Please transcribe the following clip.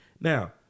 Now